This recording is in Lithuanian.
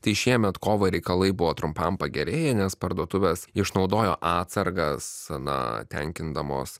tai šiemet kovą reikalai buvo trumpam pagerėja nes parduotuvės išnaudojo atsargas na tenkindamos